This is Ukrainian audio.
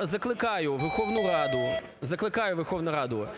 закликаю Верховну Раду